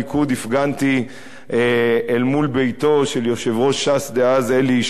הפגנתי אל מול ביתו של יושב-ראש ש"ס דאז אלי ישי,